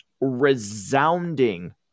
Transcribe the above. resounding